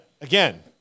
Again